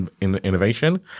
innovation